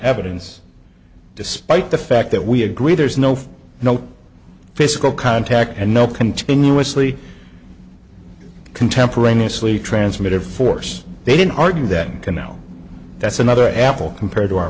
evidence despite the fact that we agree there is no no physical contact and no continuously contemporaneously transmitted force they didn't argue that canal that's another apple compared to our